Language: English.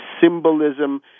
symbolism